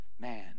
man